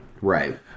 right